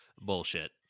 Bullshit